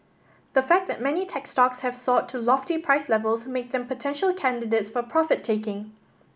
the fact that many tech stocks have soared to lofty price levels make them potential candidates for profit taking